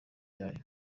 yayo